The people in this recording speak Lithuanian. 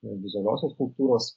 vizualiosios kultūros